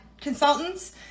consultants